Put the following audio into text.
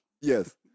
Yes